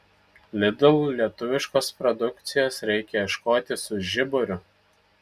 lidl lietuviškos produkcijos reikia ieškoti su žiburiu